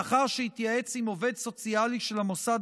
לאחר שהתייעץ עם עובד סוציאלי של המוסד